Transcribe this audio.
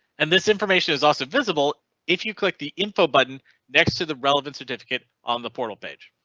and this information is also visible if you click the info button next to the relevant certificate on the portal page.